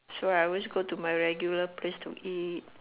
so I was always go to my regular place to eat